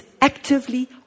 actively